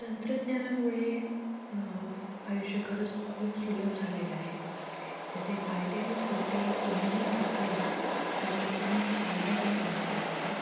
तंत्रज्ञानामुळे आयुष्य खरंच खूप सुलभ झालेलं आहे त्याचे फायदे आणि तोटे दोन्हीही असले तरी आपण फायद्याकडे पाहूया आत्ता